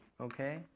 okay